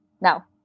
now